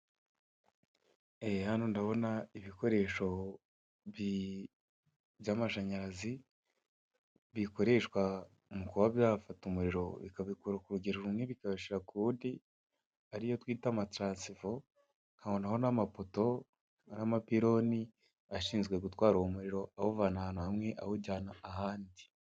Hano ndabona ibikoresho by'amashanyarazi bikoreshwa mu kuba byafata umuriro bikabikura kurugero rumwe bikawushyira kuwundi ariyo twita amatiransifo nkabonaho n'amapoto ariyo mapironi ashinzwe gutwara uwo muriro awuvana ahantu hamwe awujyana ahandi.